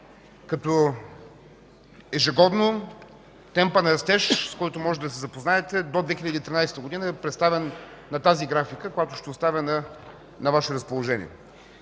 като ежегодно темпът на растеж, с който може да се запознаете, до 2013 г. е представен на тази графика, която ще оставя на Ваше разположение.